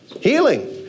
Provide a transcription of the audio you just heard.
Healing